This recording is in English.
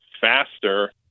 faster